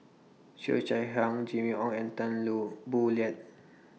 Cheo Chai Hiang Jimmy Ong and Tan Lu Boo Liat